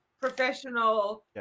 professional